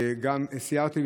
וגם סיירתי,